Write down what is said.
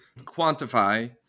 quantify